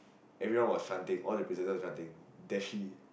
everyone was chanting all the prisoners were chanting that she